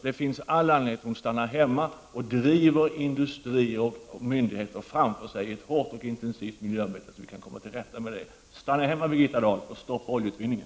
Det finns all anledning för henne att stanna hemma och driva industrier och myndigheter framför sig i ett hårt och intensivt miljöarbete, så att vi kan komma till rätta med det. Stanna hemma, Birgitta Dahl, och stoppa oljeutvinningen!